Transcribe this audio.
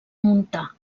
muntar